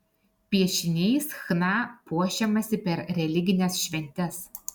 piešiniais chna puošiamasi per religines šventes